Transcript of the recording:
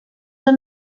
han